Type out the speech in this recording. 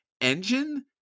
engine